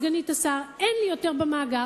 סגנית השר: אין לי יותר במאגר,